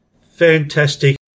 Fantastic